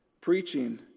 preaching